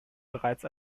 bereits